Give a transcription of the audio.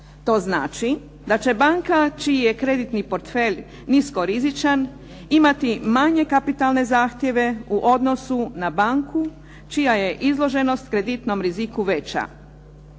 To znači da će banka čiji je kreditni portfelj nisko rizičan imati manje kapitalne zahtjeve u odnosu na banku čija je izloženost kreditnom riziku veća.